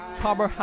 Trouble